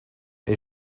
est